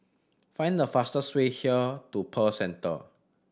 find the fastest way here to Pearl Centre